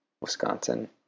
Wisconsin